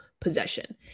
possession